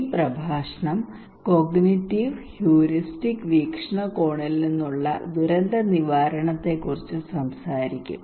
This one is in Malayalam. ഈ പ്രഭാഷണം കോഗ്നിറ്റീവ് ഹ്യൂറിസ്റ്റിക് വീക്ഷണകോണിൽ നിന്നുമുള്ള ദുരന്ത നിവാരണത്തെക്കുറിച്ച് സംസാരിക്കും